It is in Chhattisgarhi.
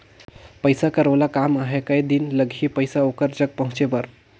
पइसा कर ओला काम आहे कये दिन लगही पइसा ओकर जग पहुंचे बर?